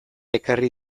ekarri